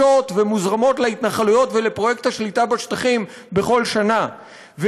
ומוזרמים להתנחלויות ולפרויקט השליטה בשטחים בכל שנה.